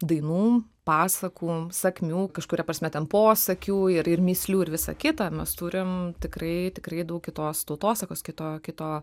dainų pasakų sakmių kažkuria prasme ten posakių ir ir mįslių ir visa kita mes turim tikrai tikrai daug kitos tautosakos kito kito